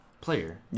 player